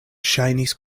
ŝajnis